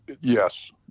Yes